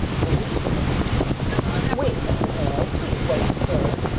believe me wait, mister peril. please wait, sir,